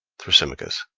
thrasymachos.